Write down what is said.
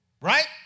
Right